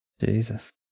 Jesus